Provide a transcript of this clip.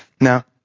Now